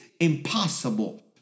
impossible